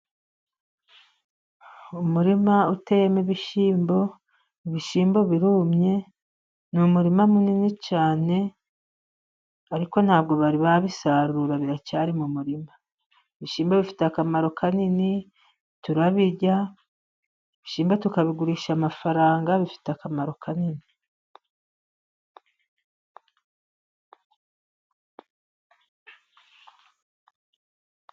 Umurima uteyemo ibishyimbo. Ibishyimbo birumye. Ni umurima munini cyane, ariko nta bwo bari babisarura, biracyari mu murima. Ibishyimbo bifite akamaro kanini turabirya, ibishyimbo tukabigurisha amafaranga. Bifite akamaro kanini.